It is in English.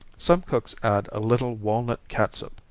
some cooks add a little walnut catsup,